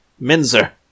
Minzer